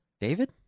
David